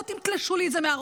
לא תתלשו לי את זה מהראש.